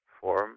form